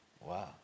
Wow